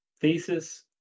thesis